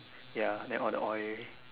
ya then all the oil